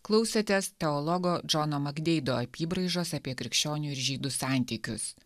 klausėtės teologo džono magdeido apybraižos apie krikščionių ir žydų santykius